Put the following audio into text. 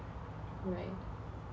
right